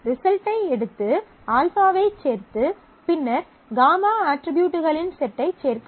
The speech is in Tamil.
ரிசல்ட்டை எடுத்து α ஐச் சேர்த்து பின்னர் γ அட்ரிபியூட்களின் செட்டைச் சேர்க்கவும்